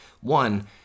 one